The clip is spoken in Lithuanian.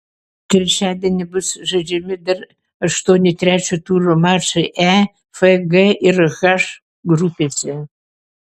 trečiadienį bus žaidžiami dar aštuoni trečio turo mačai e f g ir h grupėse